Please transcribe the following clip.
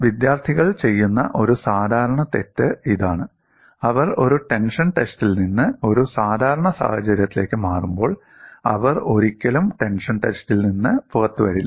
വിദ്യാർത്ഥികൾ ചെയ്യുന്ന ഒരു സാധാരണ തെറ്റ് ഇതാണ് അവർ ഒരു ടെൻഷൻ ടെസ്റ്റിൽ നിന്ന് ഒരു സാധാരണ സാഹചര്യത്തിലേക്ക് മാറുമ്പോൾ അവർ ഒരിക്കലും ടെൻഷൻ ടെസ്റ്റിൽ നിന്ന് പുറത്തുവരില്ല